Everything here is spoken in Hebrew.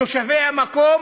תושבי המקום,